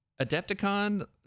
Adepticon